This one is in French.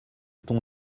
ton